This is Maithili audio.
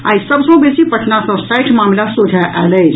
आई सभ सँ बेसी पटना सँ साठि मामिला सोझा आयल अछि